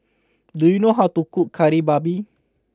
do you know how to cook Kari Babi